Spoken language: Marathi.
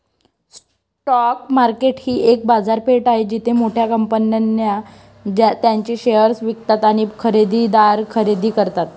स्टॉक मार्केट ही एक बाजारपेठ आहे जिथे मोठ्या कंपन्या त्यांचे शेअर्स विकतात आणि खरेदीदार खरेदी करतात